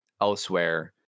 elsewhere